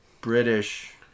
British